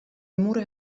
muro